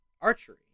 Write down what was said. archery